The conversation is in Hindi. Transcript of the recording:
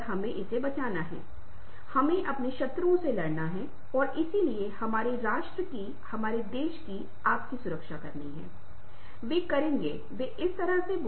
शुरू में आप पाते हैं कि वे कठोर हैं वे कुछ समय लड़ रहे हैं विशेष रूप से किस सीट पर उन्हें बैठना है और धीरे धीरे दो घंटे 12 घंटे 15 घंटे में आप कहते हैं कि लोग पाते हैं कि वे आराम कर रहे हैं उन्होंने दोस्त बना लिए हैं